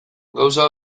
gauza